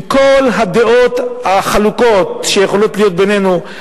עם כל הדעות החלוקות שיכולות להיות בינינו,